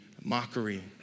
mockery